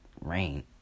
rain